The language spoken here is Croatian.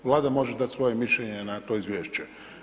Vlada može dati svoje mišljenje na to izvješće.